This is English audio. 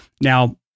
Now